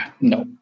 no